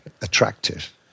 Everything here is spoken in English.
attractive